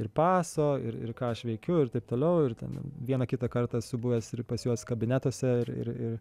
ir paso ir ir ką aš veikiu ir taip toliau ir ten vieną kitą kartą esu buvęs ir pas juos kabinetuose ir ir ir